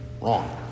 wrong